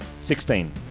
Sixteen